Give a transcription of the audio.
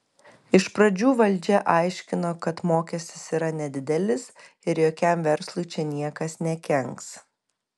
iš pradžių valdžia aiškino kad mokestis yra nedidelis ir jokiam verslui čia niekas nekenks